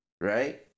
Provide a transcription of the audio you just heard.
Right